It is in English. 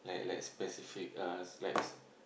like like specific uh like